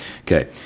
Okay